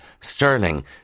sterling